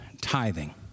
tithing